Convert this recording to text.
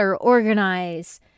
organize